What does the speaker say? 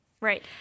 Right